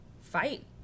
fight